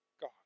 God